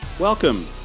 Welcome